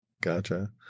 gotcha